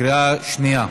בקריאה שנייה.